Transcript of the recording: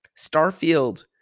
Starfield